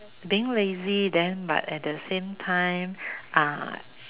being lazy then but at the same time uh